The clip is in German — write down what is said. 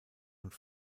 und